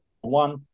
one